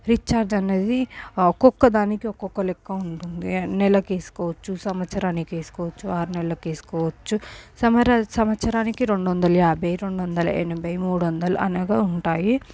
recharge అనేది ఒక్కొక్క దానికి ఒక్కొక్క లెక్క ఉంటుంది నెలకేసుకోవచ్చు సంవత్సరానికేసుకోవచ్చు ఆరు నెల్లకేసుకోవచ్చు సమర సంవత్సరానికి రెండొందల యాభై రెండొందల యనభై మూడొందలు అలాగా ఉంటాయి